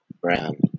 Brown